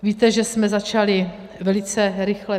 Víte, že jsme začali velice rychle.